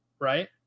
right